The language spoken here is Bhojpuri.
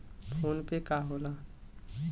फोनपे का होला?